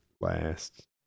last